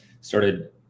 started